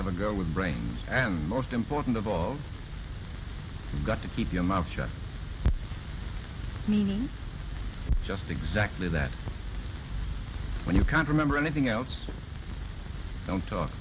have a go with brains and most important of all gotta keep your mouth shut meaning just exactly that when you can't remember anything else don't talk